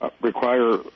require